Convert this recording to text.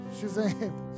Shazam